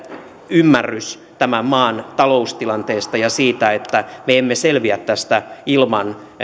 ymmärrys tämän maan taloustilanteesta ja siitä että me emme selviä tästä ilman